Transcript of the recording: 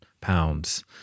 pounds